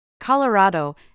Colorado